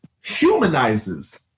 humanizes